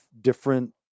different